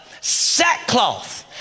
Sackcloth